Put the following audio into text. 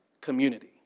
community